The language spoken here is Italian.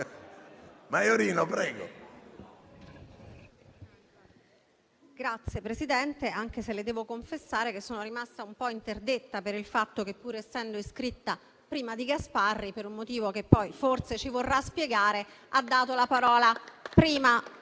Signor Presidente, le devo confessare che sono rimasta un po' interdetta per il fatto che, pur essendo iscritta prima di Gasparri, per un motivo che poi, forse, ci vorrà spiegare ha dato la parola prima